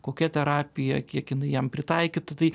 kokia terapija kiek jinai jam pritaikyta tai